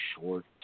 Short